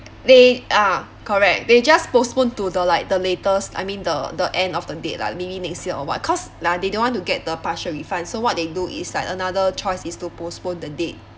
they ah correct they just postpone to the like the latest I mean the the end of the date lah maybe next year or what cause like they don't want to get the partial refund so what they do is like another choice is to postpone the date